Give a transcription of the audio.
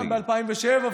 גם ב-2007,